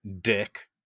dick